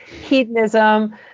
hedonism